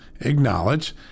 acknowledge